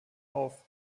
auf